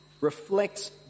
reflects